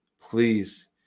please